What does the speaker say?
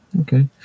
okay